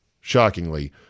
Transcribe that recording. shockingly